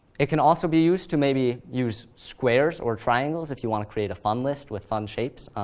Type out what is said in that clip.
it can also be used to maybe use squares or triangles if you want to create a fun list with fun shapes.